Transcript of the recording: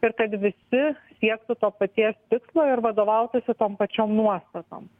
ir kad visi siektų to paties tikslo ir vadovautųsi tom pačiom nuostatom